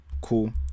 cool